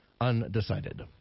undecided